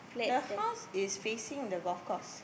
the house is facing the golf course